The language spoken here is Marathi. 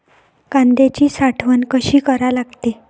कांद्याची साठवन कसी करा लागते?